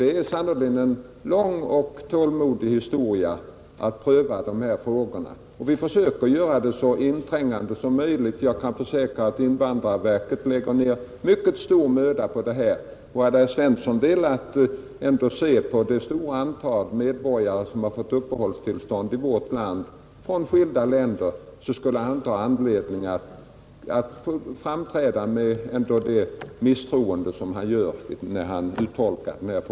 Det är sannerligen en lång och tålmodig historia att pröva dessa frågor. Vi försöker göra det så inträngande som möjligt. Jag kan försäkra att invandrarverket lägger ner mycket stor möda på detta. Hade herr Svensson velat inse att det är ett stort antal medborgare från skilda länder som fått uppehållstillstånd i vårt land, skulle han inte haft anledning att framträda med den misstro som han gör.